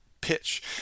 pitch